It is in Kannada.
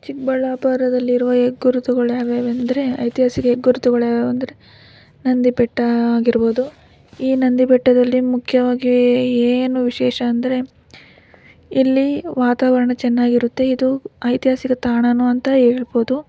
ಚಿಕ್ಕಬಳ್ಳಾಪುರದಲ್ಲಿರುವ ಹೆಗ್ಗುರುತುಗಳು ಯಾವ್ಯಾವು ಎಂದರೆ ಐತಿಹಾಸಿಕ ಹೆಗ್ಗುರುತುಗಳು ಯಾವ್ಯಾವು ಅಂದರೆ ನಂದಿಬೆಟ್ಟ ಆಗಿರ್ಬೋದು ಈ ನಂದಿಬೆಟ್ಟದಲ್ಲಿ ಮುಖ್ಯವಾಗಿ ಏ ಏನು ವಿಶೇಷ ಅಂದರೆ ಇಲ್ಲಿ ವಾತಾವರಣ ಚೆನ್ನಾಗಿರುತ್ತೆ ಇದು ಐತಿಹಾಸಿಕ ತಾಣನೂ ಅಂತ ಹೇಳ್ಬೋದು